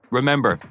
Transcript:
Remember